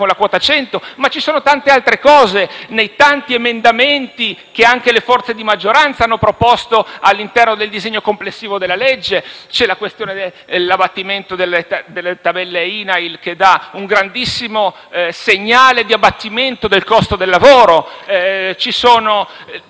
con la quota 100, ma ci sono poi tante altre cose, nei tanti emendamenti che anche le forze di maggioranza hanno proposto all'interno del disegno complessivo della legge. C'è la questione dell'abbattimento delle tabelle INAIL, che dà un grandissimo segnale di abbattimento del costo del lavoro;